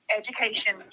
education